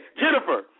Jennifer